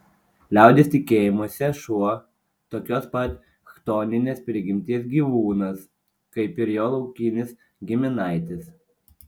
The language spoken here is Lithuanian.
liaudies tikėjimuose šuo tokios pat chtoninės prigimties gyvūnas kaip ir jo laukinis giminaitis